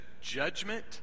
judgment